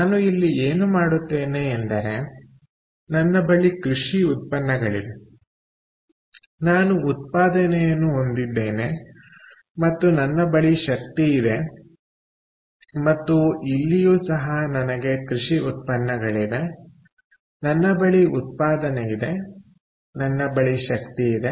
ನಾನು ಇಲ್ಲಿ ಏನು ಮಾಡುತ್ತೇನೆ ಎಂದರೆನನ್ನ ಬಳಿ ಕೃಷಿ ಉತ್ಪನ್ನಗಳಿವೆ ನಾನು ಉತ್ಪಾದನೆಯನ್ನು ಹೊಂದಿದ್ದೇನೆ ಮತ್ತು ನನ್ನ ಬಳಿ ಶಕ್ತಿಯಿದೆ ಮತ್ತು ಇಲ್ಲಿಯೂ ಸಹ ನನಗೆ ಕೃಷಿ ಉತ್ಪನ್ನಗಳಿವೆ ನನ್ನ ಬಳಿ ಉತ್ಪಾದನೆ ಇದೆ ನನ್ನ ಬಳಿ ಶಕ್ತಿ ಇದೆ